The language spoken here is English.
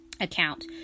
account